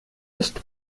ist